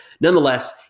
Nonetheless